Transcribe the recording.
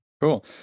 Cool